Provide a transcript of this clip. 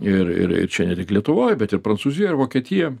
ir ir ir čia ne tik lietuvoj bet ir prancūzija ar vokietija